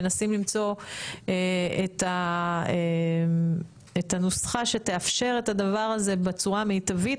מנסים למצוא את הנוסחה שתאפשר את הדבר הזה בצורה המיטבית,